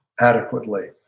adequately